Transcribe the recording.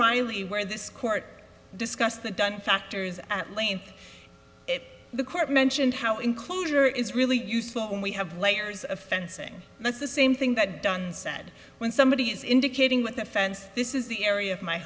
reilly where this court discussed the dunn factors at length the court mentioned how enclosure is really useful when we have layers of fencing that's the same thing that dunn said when somebody is indicating with the fence this is the area of my